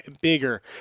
bigger